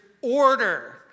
order